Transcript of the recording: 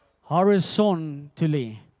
Horizontally